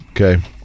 Okay